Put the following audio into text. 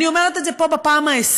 אני אומרת את זה פה בפעם העשרים,